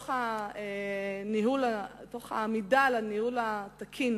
תוך עמידה על הניהול התקין